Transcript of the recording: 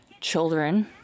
children